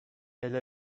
elle